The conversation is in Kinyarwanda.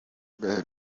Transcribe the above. kayonza